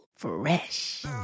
fresh